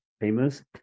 famous